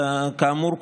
כאמור,